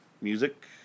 music